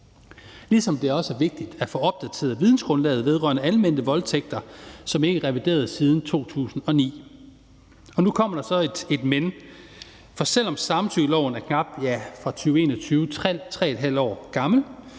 ligesom det også er vigtigt at få opdateret vidensgrundlaget vedrørende anmeldte voldtægter, som ikke er revideret siden 2009. Og nu kommer der så et men, for selv om samtykkeloven er knap 3½ år gammel,